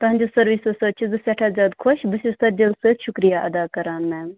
تُہٕنٛدِ سٔروِسَس سۭتۍ چھِ زِ سٮ۪ٹھاہ زِیادٕ خۄش بہٕ چھَس تۅہہِ دِلہٕ سۭتۍ شُکرِیہ ادا کران میم